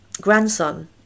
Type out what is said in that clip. grandson